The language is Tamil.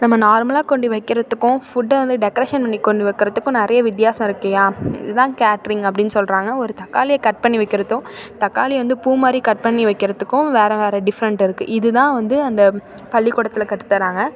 நம்ம நார்மலாக கொண்டி வைக்கிறதுக்கும் ஃபுட்டை வந்து டெக்ரேஷன் பண்ணி கொண்டி வைக்கிறதுக்கும் நிறைய வித்தியாசம் இருக்குயா இதுதான் கேட்ரிங் அப்படினு சொல்கிறாங்க ஒரு தக்காளியை கட் பண்ணி வைக்கிறதும் தக்காளியை வந்து பூ மாதிரி கட் பண்ணி வைக்கிறத்துக்கும் வேற வேற டிஃப்ரெண்ட் இருக்குது இதுதான் வந்து அந்த பள்ளிக்கூடத்தில் கற்றுதராங்க